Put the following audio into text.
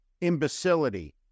imbecility